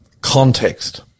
Context